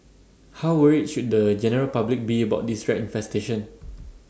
how worried should the general public be about this rat infestation